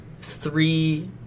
three